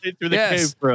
Yes